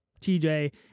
tj